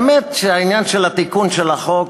באמת שהעניין של תיקון החוק,